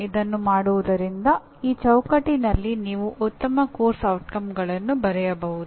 ಇದನ್ನು ಮಾಡುವುದರಿಂದ ಈ ಚೌಕಟ್ಟಿನಲ್ಲಿ ನೀವು ಉತ್ತಮ ಪಠ್ಯಕ್ರಮದ ಪರಿಣಾಮಗಳನ್ನು ಬರೆಯಬಹುದು